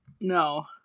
No